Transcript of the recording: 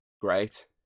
great